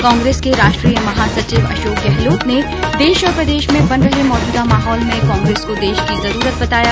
कांग्रेस के राष्ट्रीय महासचिव अशोक गहलोत ने देश और प्रदेश में बन रहे मौजूदा माहौल में कांग्रेस को देश की जरूरत बताया